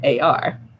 AR